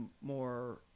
more